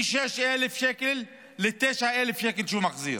מ-6,000 שקל ל-9,000 שקל שהוא מחזיר?